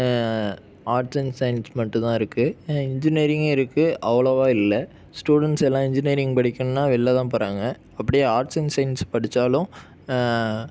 arts and science மட்டுந்தான் இருக்குது engineering இருக்குது அவ்வளோவா இல்லை ஸ்டூடெண்ட்ஸ் எல்லாம் இன்ஜினியரிங் படிக்கணும்னா வெளிலதான் போகிறாங்க அப்படியே ஆர்ட்ஸ் அண்ட் சயின்ஸ் படித்தாலும்